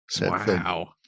Wow